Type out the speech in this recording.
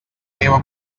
teva